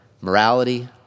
morality